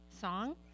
song